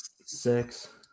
Six